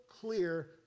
clear